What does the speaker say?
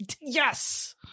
Yes